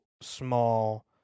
small